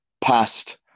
past